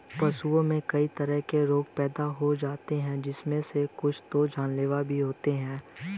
पशुओं में कई तरह के रोग पैदा हो जाते हैं जिनमे से कुछ तो जानलेवा भी होते हैं